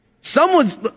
Someone's